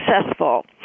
successful